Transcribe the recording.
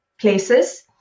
places